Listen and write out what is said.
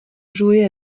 joué